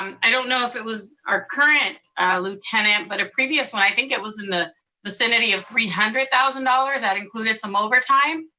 um i don't know if it was our current lieutenant, but a previous one. i think it was in the vicinity of three hundred thousand dollars, that included some overtime?